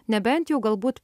nebent jau galbūt